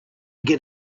get